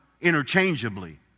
interchangeably